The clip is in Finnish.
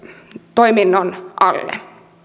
toiminnon alle